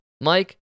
Mike